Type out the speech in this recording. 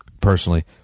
personally